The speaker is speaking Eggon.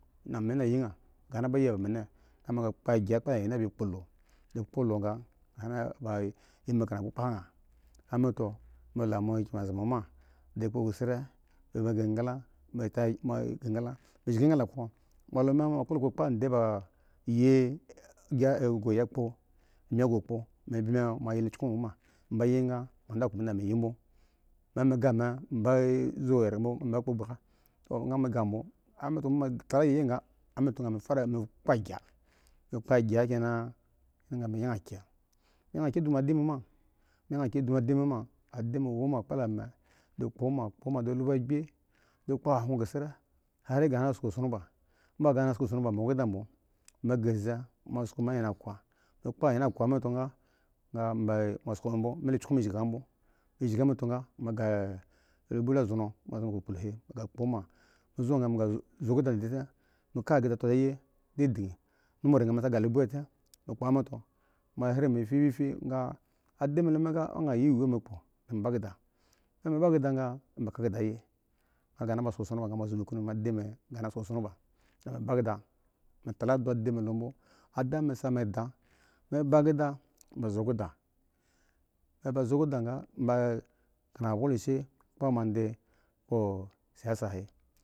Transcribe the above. embo mi klo anyenkyede eri ri mi klo angen kyde ba kpo sada ga alo mi mi do mi kpo sala gyana mi tumi mi tla mi ga klo anyen kyeh ba kpo do ami kpa la mo kyenbza mi di g keda mi ga a mi ga mi ga enggle mi di ofomo kubugu mi kpo yi finin emba mi shgi engla mo andekpo engla ba otomo kubogo ba a lagos mo, mo wo anyen. ba yi ofomo kobogo ya kpo ha mo eglla mi mo wo da mi ye da shzhgi engle ya kpo fifa mo engle mi gi lukyong mi ya khwo ma ga mo adakpo mi mi da mi yi bwo ma m gya mi ba kpo egba ma ba shi engla bmos ga ma ga bmo ga mi fara kpo a agya ga mi yanag a kye mi kye adani mi ga di lub agbi kpa ada mi siri gayan luku sko emba kahana sko esson adami mi wo keda bmo mi ba ga anyen kuwa ba kpo onomo okpo la anyen ga mi lukgog mi zshigi bimo ga mi zshigi azari ga mi ga alages mi kpo otmo kuzo aha totko la nonomo ga ada mi lomi da mi ba keda da mi zo ked mi ita bmo mii ba keda emba to ga ni ba ada mi luka sko esson ga ana ada mi sa mi anda ga mi ba shi lishi mi ga siyasa ga he.